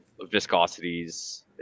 viscosities